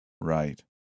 Right